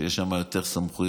שיהיו שם יותר סמכויות,